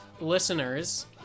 listeners